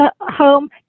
home